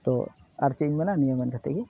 ᱛᱚ ᱟᱨ ᱪᱮᱫᱤᱧ ᱢᱮᱱᱟ ᱱᱤᱭᱟᱹ ᱢᱮᱱ ᱠᱟᱛᱮᱫ ᱜᱮ